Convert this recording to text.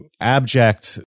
abject